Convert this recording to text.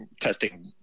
testing